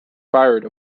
fired